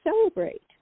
celebrate